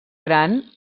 gran